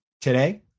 Today